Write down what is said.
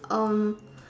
um